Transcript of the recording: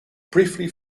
briefly